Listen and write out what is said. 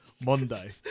monday